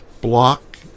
block